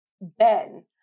Ben